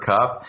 Cup